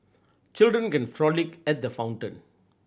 children can frolic at the fountain